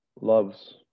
loves